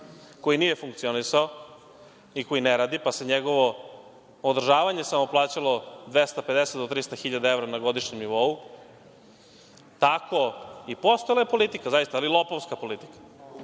koji nije funkcionisao i koji ne radi pa se njegovo održavanje samo plaćano 250-300 hiljada evra na godišnjem nivou. Postojala je politika zaista, ali lopovska politika.